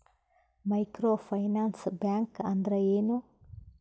Micro finance bank ಅಂದ್ರ ಏನು?